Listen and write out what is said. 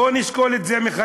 בוא נשקול את זה מחדש.